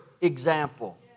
example